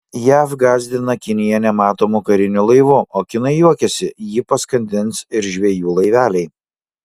jav gąsdina kiniją nematomu kariniu laivu o kinai juokiasi jį paskandins ir žvejų laiveliai